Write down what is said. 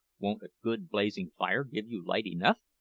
won't a good blazing fire give you light enough?